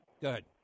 Good